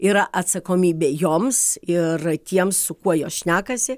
yra atsakomybė joms ir tiems su kuo jos šnekasi